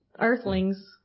earthlings